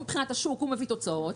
מבחינת השוק הוא מביא תוצאות.